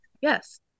yes